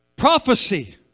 Prophecy